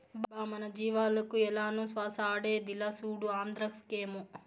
బా మన జీవాలకు ఏలనో శ్వాస ఆడేదిలా, సూడు ఆంద్రాక్సేమో